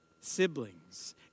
siblings